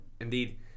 indeed